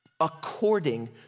according